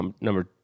number